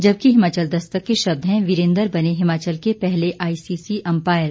जबकि हिमाचल दस्तक के शब्द हैं वीरेंद्र बने हिमाचल के पहले आईसीसी अंपायर